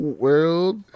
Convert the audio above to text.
world